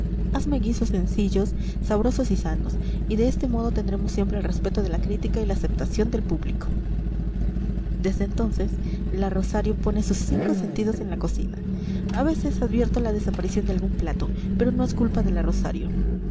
hazme guisos sencillos sabrosos y sanos y de este modo tendremos siempre el respeto de la crítica y la aceptación del público desde entonces la rosario pone sus cinco sentidos en la cocina a veces advierto la desaparición de algún plato pero no es culpa de la rosario